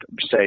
say